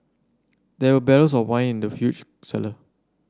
there were barrels of wine in the huge cellar